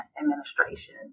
administration